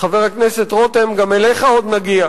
חבר הכנסת רותם: גם אליך עוד נגיע,